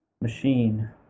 machine